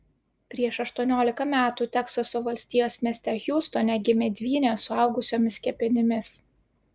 prieš aštuoniolika metų teksaso valstijos mieste hjustone gimė dvynės suaugusiomis kepenimis